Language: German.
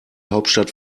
hauptstadt